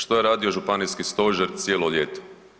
Što je radio županijski stožer cijelo ljeto?